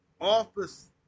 office